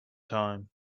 time